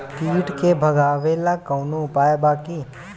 कीट के भगावेला कवनो उपाय बा की?